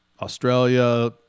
Australia